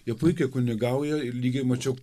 jie puikiai kunigauja ir lygiai mačiau